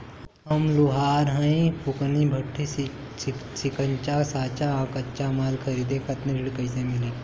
हम लोहार हईं फूंकनी भट्ठी सिंकचा सांचा आ कच्चा माल खरीदे खातिर ऋण कइसे मिली?